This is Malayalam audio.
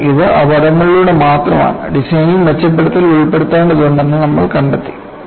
ഇത് അപകടങ്ങളിലൂടെ മാത്രമാണ് ഡിസൈനിൽ മെച്ചപ്പെടുത്തലുകൾ ഉൾപ്പെടുത്തേണ്ടതുണ്ടെന്ന് നമ്മൾ കണ്ടെത്തിയത്